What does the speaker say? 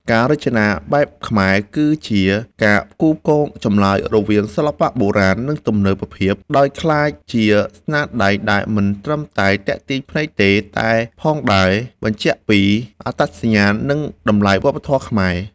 ការរចនាបែបខ្មែរ គឺជាការផ្គូផ្គងចម្លើយរវាងសិល្បៈបុរាណ និងទំនើបភាព ដោយក្លាយជាស្នាដៃដែលមិនត្រឹមតែទាក់ទាញភ្នែកទេ តែផងដែរ បញ្ជាក់ពីអត្តសញ្ញាណ និងតម្លៃវប្បធម៌ខ្មែរ។